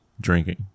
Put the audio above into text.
drinking